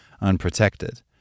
unprotected